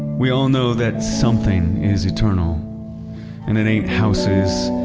we all know that something is eternal and it ain't houses,